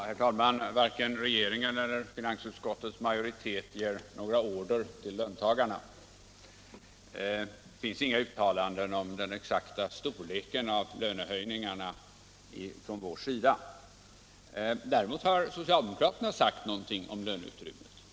Herr talman! Varken regeringen eller finansutskottets majoritet ger några order till löntagarna. Det finns inga uttalanden från vårt håll om den exakta storleken på lönehöjningarna. Däremot har socialdemokraterna sagt något om löneutrymmet.